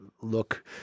look